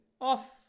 Off